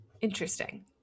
interesting